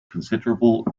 considerable